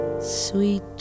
Sweet